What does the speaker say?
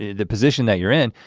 the position that you're in.